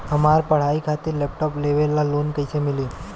हमार पढ़ाई खातिर लैपटाप लेवे ला लोन कैसे मिली?